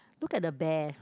look at the bear